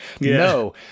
no